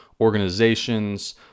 organizations